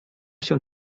się